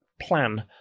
plan